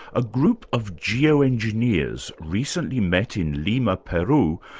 a group of geoengineers recently met in lima, peru,